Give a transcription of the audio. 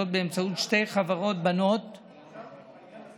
זאת באמצעות שתי חברות בנות שתקים,